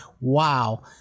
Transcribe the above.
Wow